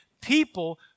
people